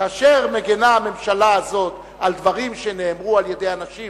כאשר מגינה הממשלה הזאת על דברים שנאמרו על-ידי אנשים